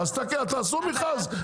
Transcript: אז תעשו מכרז,